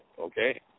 okay